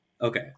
Okay